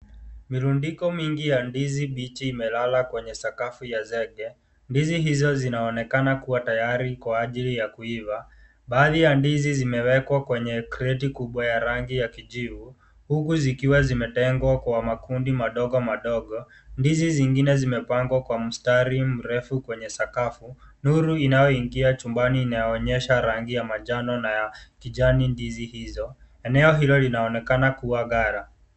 Mirundiko mingi ya ndizi bichi imelala kwrnye sakafu ya zege, ndizi hizo zinaonekana kuwa tayari kwa ajili ya kuiva, baadhi ya ndizi zimewekwa kwenye kreti kubwa ya rangi ya kijivu, huku zikiwa zimetengwa kwa makundi madogo madogo, ndizi zingine zimrpangwa kwa mstari mrefu kwenye sakafu, nuru inayo ingia chumbani inaonyesha rangi ya manjano na ya kijani ndizi hizo, eneo hilo linaonekana kuwa gala.